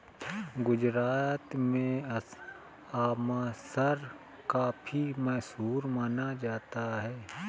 गुजरात में आमरस काफी मशहूर माना जाता है